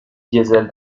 diesel